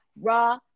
Raw